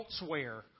elsewhere